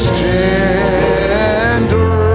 tender